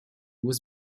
was